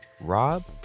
Rob